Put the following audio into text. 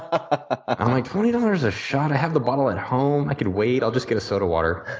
i'm like twenty dollars a shot? i have the bottle at home. i could wait. i'll just get a soda water.